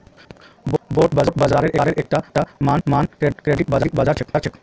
bond बाजारेर एकता नाम क्रेडिट बाजार छेक